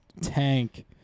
Tank